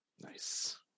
Nice